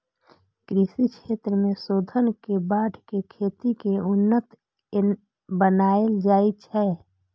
कृषि क्षेत्र मे शोध के बढ़ा कें खेती कें उन्नत बनाएल जाइ छै